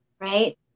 right